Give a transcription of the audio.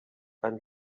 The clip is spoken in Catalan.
van